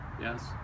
Yes